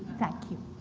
thank you.